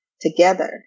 together